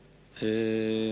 אדוני.